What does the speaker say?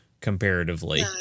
comparatively